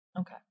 Okay